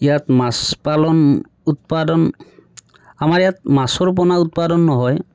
ইয়াত মাছ পালন উৎপাদন আমাৰ ইয়াত মাছৰ পোনা উৎপাদনো হয়